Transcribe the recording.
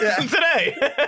today